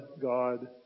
God